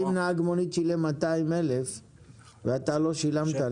נהג מונית שילם 200,000 ₪ ואתה לא שילמת,